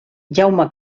jaume